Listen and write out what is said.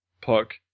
Puck